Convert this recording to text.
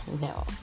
No